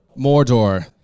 Mordor